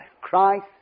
Christ